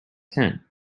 tent